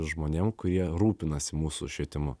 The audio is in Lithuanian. žmonėm kurie rūpinasi mūsų švietimu